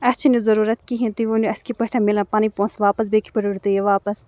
اَسہِ چھُنہ یہِ ضروٗرت کِہینۍ تُہۍ ؤنو اَسہِ کِتھ پٲٹھۍ مِلن پَنٕنۍ پونٛسہٕ واپس بیٚیہِ کِتھ پٲٹھۍ رٔٹِو تُہۍ یہِ واپس